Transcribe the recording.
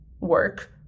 work